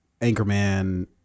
Anchorman